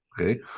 Okay